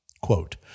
Quote